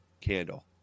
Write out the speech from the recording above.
candle